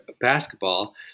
basketball